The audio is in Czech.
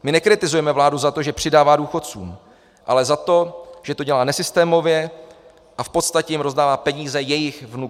My nekritizujeme vládu za to, že přidává důchodcům, ale za to, že to dělá nesystémově a v podstatě jim rozdává peníze jejich vnuků.